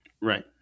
Right